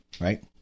right